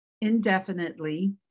indefinitely